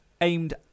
aimed